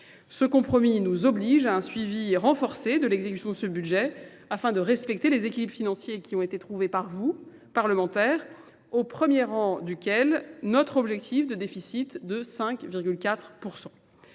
Ce compromis nous oblige à un suivi renforcé de l'exécution de ce budget afin de respecter les équilibres financiers qui ont été trouvés par vous, parlementaires, au premier rang duquel notre objectif de déficit de 5,4 %.